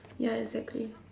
ya exactly